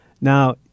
Now